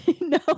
No